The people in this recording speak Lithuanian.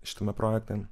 šitame projekte